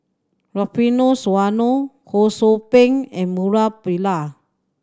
Rufino Soliano Ho Sou Ping and Murali Pillai